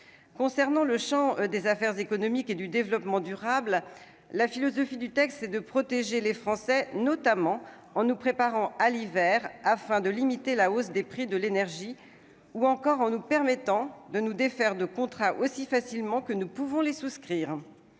Concernant le champ des affaires économiques et du développement durable, la philosophie du texte est de protéger les Français, notamment en préparant notre pays à l'hiver, afin de limiter la hausse des prix de l'énergie, ou encore en leur permettant de se défaire de contrats aussi facilement qu'ils peuvent les souscrire.